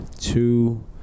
two